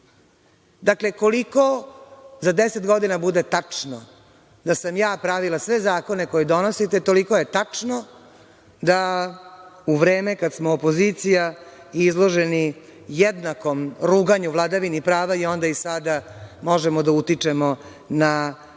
DSS.Dakle, koliko za deset godina bude tačno da sam ja pravila sve zakone koje donosite, toliko je tačno da, u vreme kada smo opozicija, izloženi jednako ruganju vladavine prava i onda i sada, možemo da utičemo na to